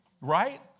right